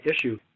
issue